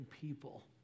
people